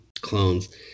clones